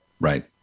Right